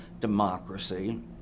democracy